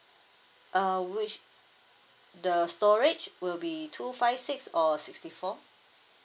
err which the storage will be two five six or sixty four